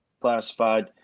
classified